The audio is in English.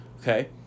Okay